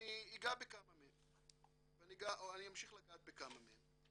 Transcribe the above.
ואני אגע בכמה מהם ואני אמשיך לגעת בכמה מהם.